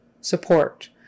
support